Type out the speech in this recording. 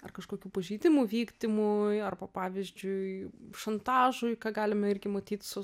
ar kažkokių pažeidimų vykdymui arba pavyzdžiui šantažui ką galime irgi matyt su